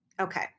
Okay